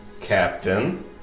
Captain